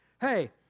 Hey